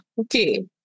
okay